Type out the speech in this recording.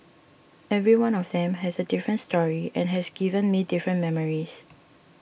every one of them has a different story and has given me different memories